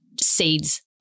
seeds